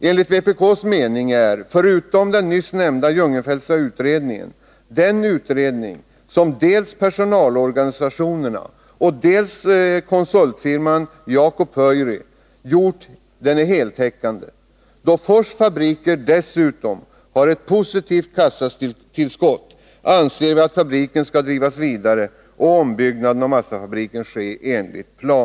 Enligt vpk:s mening är, förutom den nyss nämnda Onsdagen den Jungenfeltska utredningen, den utredning som dels personalorganisationer =& maj 1981 na, dels konsultfirman Jakko Pöyry gjort heltäckande. Då Forss fabriker dessutom har ett positivt kassatillskott anser vi att fabriken skall drivas vidare — Norrlands Skogsoch ombyggnaden av massafabriken ske enligt plan.